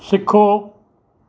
सिखो